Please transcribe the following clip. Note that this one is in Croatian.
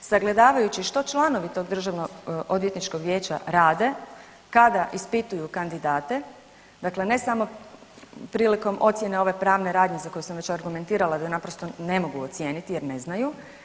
Sagledavajući što članovi tog Državnoodvjetničkog vijeća rade kada ispituju kandidate, dakle ne samo prilikom ocjene ove pravne radnje za koju sam već komentirala da je naprosto ne mogu ocijeniti jer ne znaju.